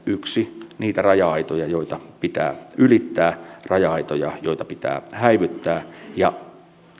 yksi niitä raja aitoja joita pitää ylittää raja aitoja joita pitää häivyttää ja